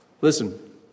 Listen